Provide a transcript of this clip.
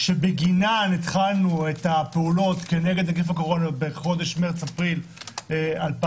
שבגינן התחלנו את הפעולות נגד נגיף הקורונה בחודש מרס אפריל 2020,